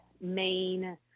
main